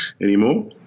anymore